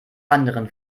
anderen